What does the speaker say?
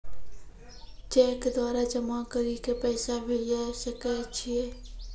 Cheque द्वारा जमा करि के पैसा भेजै सकय छियै?